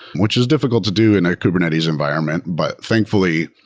which is difficult to do in a kubernetes environment. but, thankfully,